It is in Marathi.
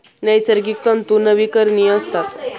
नैसर्गिक तंतू नवीकरणीय असतात